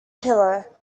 pillow